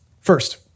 First